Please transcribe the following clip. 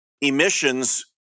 emissions